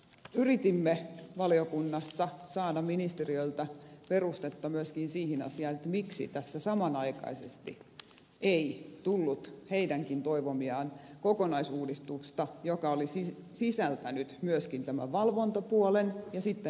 yritimme valiokunnassa saada ministeriöltä perustetta myöskin siihen asiaan miksi tässä samanaikaisesti ei tullut senkin toivomaa kokonaisuudistusta joka olisi sisältänyt myöskin tämän valvontapuolen ja sitten nämä sanktiot